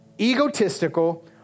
egotistical